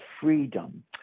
freedom